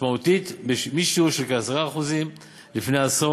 משמעותית משיעור של כ-10% לפני עשור